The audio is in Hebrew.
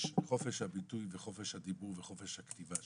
יש חופש הביטוי וחופש הדיבור וחופש הכתיבה,